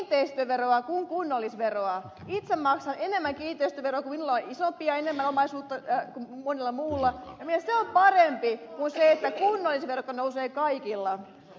itse maksan enemmän kiinteistöveroa kun minulla on isompi ja enemmän omaisuutta kuin monella muulla ja mielestäni se on parempi kuin se että kunnallisverot nousevat kaikilla